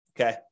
okay